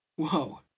Whoa